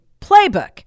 playbook